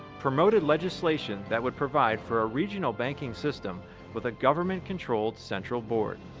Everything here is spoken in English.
promoted legislation that would provide for ah regional banking system with a government controlled central board.